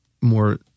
more